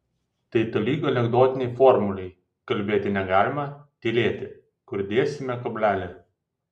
tai tolygu anekdotinei formulei kalbėti negalima tylėti kur dėsime kablelį